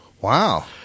Wow